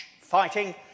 fighting